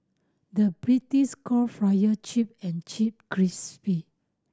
the British call frier chip and chip crispy